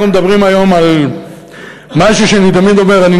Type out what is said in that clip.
אנחנו מדברים היום על משהו שאני תמיד אומר שאני